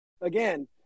Again